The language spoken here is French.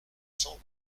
cents